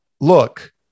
look